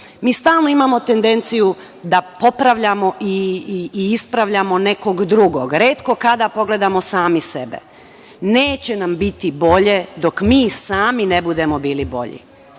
stalno imamo tendenciju da popravljamo i ispravljamo nekog drugog, retko kada pogledamo sami sebe. Neće nam biti bolje dok mi sami ne budemo bili bolji,